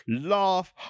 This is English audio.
laugh